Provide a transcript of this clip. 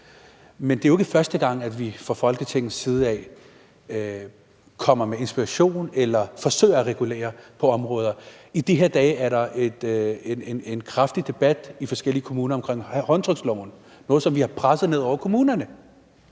men det er jo ikke første gang, vi fra Folketingets side af kommer med inspiration eller forsøger at regulere på områder. I de her dage er der en kraftig debat i forskellige kommuner om håndtryksloven, noget, som vi har presset ned over kommunerne,